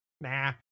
nah